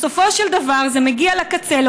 בסופו של דבר זה מגיע לקצה,